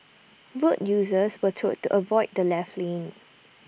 road users were told to avoid the left lane